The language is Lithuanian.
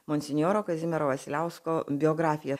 monsinjoro kazimiero vasiliausko biografija